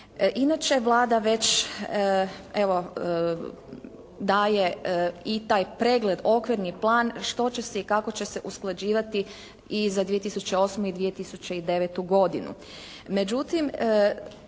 Inače Vlada već evo daje i taj pregled okvirni plan što će se i kako će se usklađivati i za 2008. i 2009. godinu.